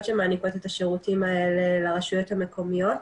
שמעניקות את השירותים האלה לרשויות המקומיות.